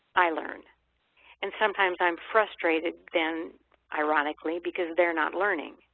i learn and sometimes i'm frustrated, then ironically because they're not learning.